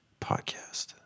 podcast